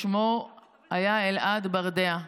שמו היה אלעד ברדע.